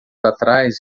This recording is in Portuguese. atrás